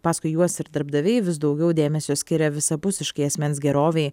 paskui juos ir darbdaviai vis daugiau dėmesio skiria visapusiškai asmens gerovei